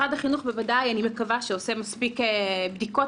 אני מקווה שמשרד החינוך עושה מספיק בדיקות